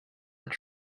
that